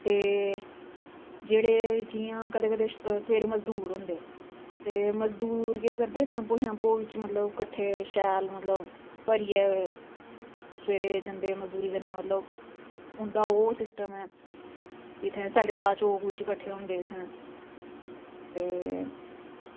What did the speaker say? ते जेह्ड़े जियां कदे कदे सवेरे मजदूर होंदे ते मजदूर केह् करदे टैम्पो बिच मतलब कट्ठे शैल मतलब भरियै सवेरे जंदे मजदूरी करने गी मतलब उंदा ओह् सिस्टम ऐ इत्थें सैल्ले तलाऽ चौक विच कट्ठे होंदे इत्थें ते